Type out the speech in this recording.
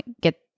get